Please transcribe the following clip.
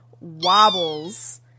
wobbles